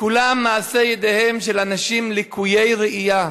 כולם מעשי ידיהם של אנשים לקויי ראייה,